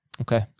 okay